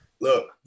Look